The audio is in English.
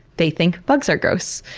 they think bugs are gross.